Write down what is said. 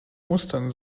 mustern